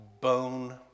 Bone